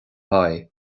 haghaidh